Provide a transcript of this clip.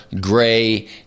gray